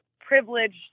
privileged